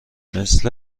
دستکش